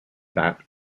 that